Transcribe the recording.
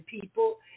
people